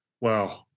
wow